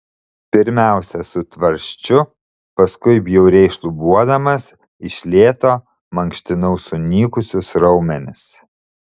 pirmiausia su tvarsčiu paskui bjauriai šlubuodamas iš lėto mankštinau sunykusius raumenis